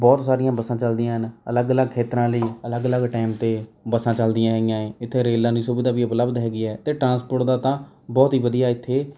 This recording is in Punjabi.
ਬਹੁਤ ਸਾਰੀਆਂ ਬੱਸਾਂ ਚੱਲਦੀਆਂ ਹਨ ਅਲੱਗ ਅਲੱਗ ਖੇਤਰਾਂ ਲਈ ਅਲੱਗ ਅਲੱਗ ਟਾਇਮ 'ਤੇ ਬੱਸਾਂ ਚੱਲਦੀਆਂ ਹੈਗੀਆਂ ਹੈ ਇੱਥੇ ਰੇਲਾਂ ਦੀ ਸੁਵਿਧਾ ਵੀ ਉਪਲਬਧ ਹੈਗੀ ਹੈ ਅਤੇ ਟਰਾਂਸਪੋਰਟ ਦਾ ਤਾਂ ਬਹੁਤ ਹੀ ਵਧੀਆ ਇੱਥੇ